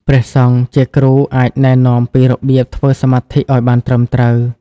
ព្រះសង្ឃជាគ្រូអាចណែនាំពីរបៀបធ្វើសមាធិឱ្យបានត្រឹមត្រូវ។